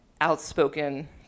outspoken